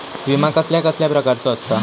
विमा कसल्या कसल्या प्रकारचो असता?